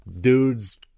dudes